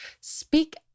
Speak